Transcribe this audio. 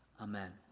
Amen